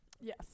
Yes